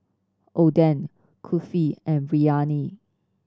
Oden Kulfi and Biryani